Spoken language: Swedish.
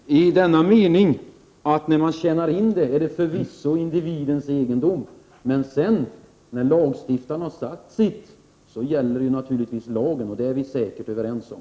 Herr talman! Nej, i den meningen att när man tjänar pengarna är det förvisso individens egendom, men när lagstiftaren sedan har sagt sitt gäller naturligtvis lagen. Det är vi säkert överens om.